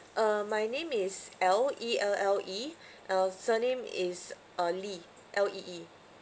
uh my name is elle E L L E uh surname is uh lee L E E